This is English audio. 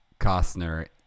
Costner